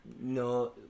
No